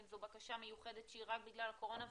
והאם זו בקשה מיוחדת רק בגלל הקורונה.